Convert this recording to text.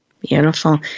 Beautiful